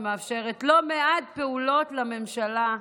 ומאפשרת לא מעט פעולות לממשלה.